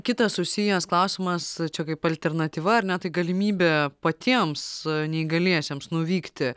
kitas susijęs klausimas kaip alternatyva ar ne tai galimybė patiems neįgaliesiems nuvykti